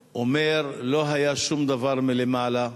אומר, לא היה שום דבר מלמעלה.